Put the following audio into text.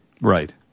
Right